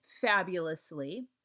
Fabulously